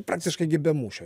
praktiškai gi be mūšio